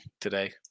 today